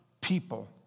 people